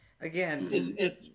Again